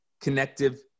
connective